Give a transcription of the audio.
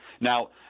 Now